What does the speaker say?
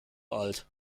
alt